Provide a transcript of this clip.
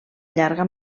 llarga